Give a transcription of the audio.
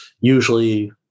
usually